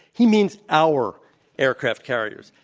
he means our aircraft carriers,